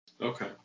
Okay